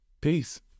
peace